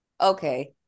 okay